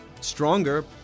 stronger